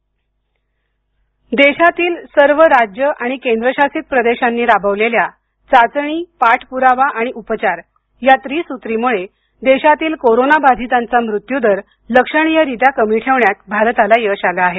देश कोविड देशातली सर्व राज्य राज्य आणि केंद्रशासित प्रदेशांनी राबवलेल्या चाचणी पाठपुरावा आणि उपचार या त्रिसूत्रीमुळे देशातीलकोरोना बाधितांचा मृत्यूदर लक्षणीयरित्या कमी ठेवण्यात भारताला यश आलं आहे